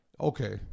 Okay